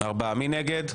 מי נגד?